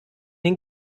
den